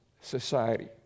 society